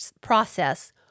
process